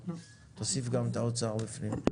תוסיף גם את האוצר בפנים.